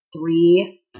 three